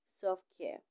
self-care